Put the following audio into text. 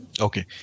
Okay